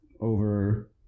over